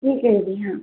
ठीक है दीदी हाँ